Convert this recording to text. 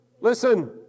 Listen